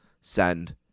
send